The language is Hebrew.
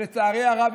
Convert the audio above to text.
לצערי הרב,